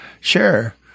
sure